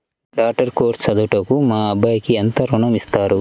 Doctor course చదువుటకు మా అబ్బాయికి ఎంత ఋణం ఇస్తారు?